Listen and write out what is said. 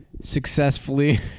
successfully